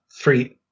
three